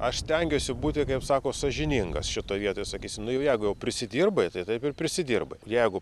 aš stengiuosi būti kaip sako sąžiningas šitoje vietoj sakysim nu jau jeigu prisidirbai tai taip ir prisidirbai jeigu